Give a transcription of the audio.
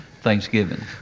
Thanksgiving